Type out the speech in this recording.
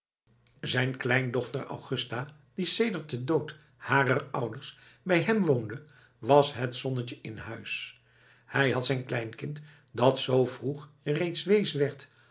zijn kleindochter augusta die sedert den dood harer ouders bij hem woonde was het zonnetje in huis hij had zijn kleinkind dat zoo vroeg reeds